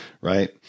Right